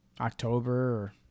October